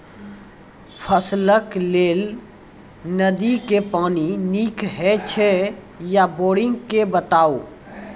फसलक लेल नदी के पानि नीक हे छै या बोरिंग के बताऊ?